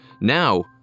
Now